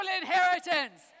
inheritance